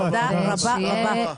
תודה רבה-רבה.